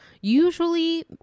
usually